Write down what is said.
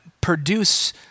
produce